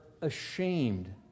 ashamed